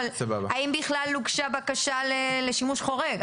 האם בכלל הוגשה בקשה לשימוש חורג?